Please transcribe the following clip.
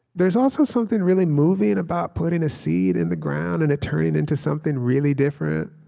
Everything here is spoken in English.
there's also something really moving about putting a seed in the ground and it turning into something really different,